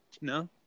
no